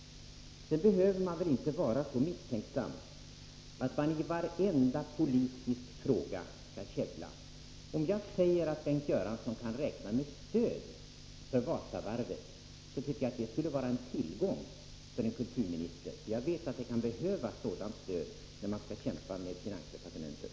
Man behöver väl inte vara så misstänksam att man skall käbbla i varenda politisk fråga. Om jag säger att Bengt Göransson kan räkna med stöd för Wasavarvet skulle väl det, tycker jag, vara en tillgång för en kulturminister. Jag vet att det kan behövas sådant stöd när man skall kämpa med finansdepartementet.